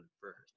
first